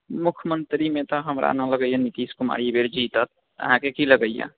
मुख्यमन्त्रीमे तऽ हमरा नहि लगैए नीतीश कुमार ई बेर जीतत अहाँके की लगैए